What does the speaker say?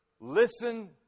listen